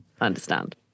understand